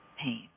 pain